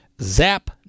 Zap